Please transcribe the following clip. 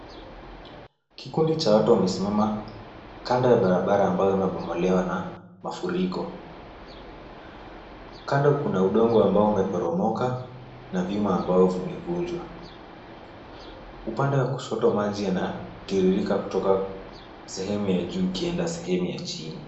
Kikundi cha watu wamesimama kandoya barabara ambayo imebomolewa na mafuriko. Kando kuna udongo ambao umeporomoka na viuma ambavyo vimevunjwa. Upande wa kushoto maji yanatiririka kutoka sehemu ya juu ikielekea na sehemu ya chini.